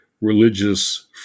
religious